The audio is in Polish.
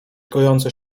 gojące